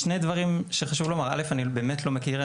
רק שני דברים שחשוב לומר: א', אני באמת לא מכיר.